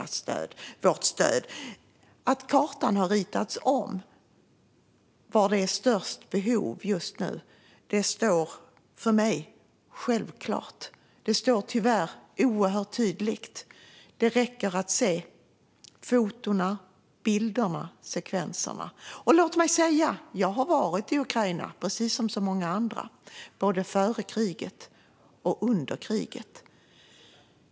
Att kartan har ritats om med utgångspunkt i var behoven är störst just nu framstår för mig som självklart. Det framstår tyvärr oerhört tydligt. Det räcker att se fotona, bilderna och sekvenserna. Låt mig säga att jag som så många andra har varit i Ukraina, både före kriget och under kriget.